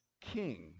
king